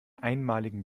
einmaligen